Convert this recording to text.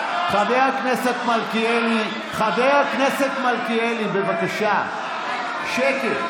חבר הכנסת מלכיאלי, חבר הכנסת מלכיאלי, בבקשה שקט.